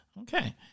Okay